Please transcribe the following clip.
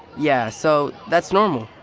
yeah, so that's normal.